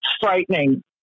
frightening